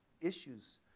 issues